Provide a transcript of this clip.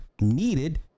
needed